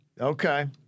Okay